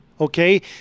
okay